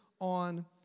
On